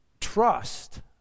trust